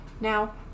Now